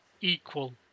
equal